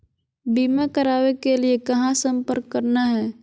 बीमा करावे के लिए कहा संपर्क करना है?